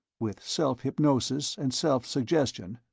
with self-hypnosis and self-suggestion,